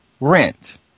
rent